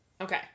okay